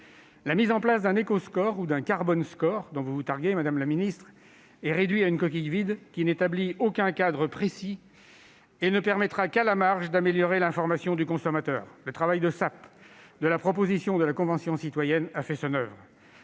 La mise en place d'un Éco-score ou d'un « score carbone », dont vous vous targuez, madame la ministre, est réduite à une coquille vide pour laquelle aucun cadre précis n'est établi et qui ne permettra qu'à la marge d'améliorer l'information du consommateur. Le travail de sape dirigé contre la proposition de la Convention citoyenne a fait son oeuvre.